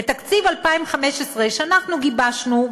בתקציב 2015 שאנחנו גיבשנו,